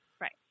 Right